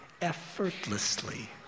effortlessly